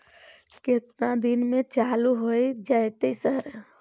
केतना दिन में चालू होय जेतै सर?